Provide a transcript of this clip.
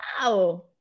wow